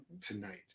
tonight